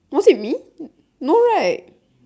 was it me no right